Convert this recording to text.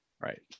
Right